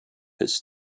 his